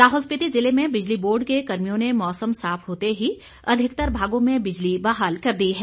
लाहौल स्पीति जिले में बिजली बोर्ड के कर्मियों ने मौसम साफ होते ही अधिकतर भागों में बिजली बहाल कर दी है